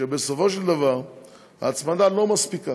שבסופו של דבר ההצמדה לא מספיקה,